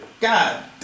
God